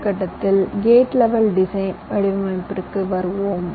அடுத்த கட்டத்தில் gate level design வடிவமைப்பிற்கு வருவோம்